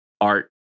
art